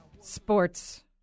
sports